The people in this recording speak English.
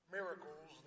miracles